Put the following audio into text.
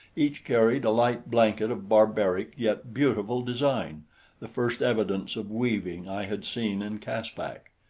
each carried a light blanket of barbaric yet beautiful design the first evidence of weaving i had seen in caspak.